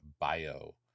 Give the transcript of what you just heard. bio